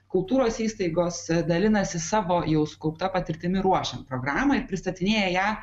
kultūros įstaigos dalinasi savo jau sukaupta patirtimi ruošiant programą ir pristatinėja ją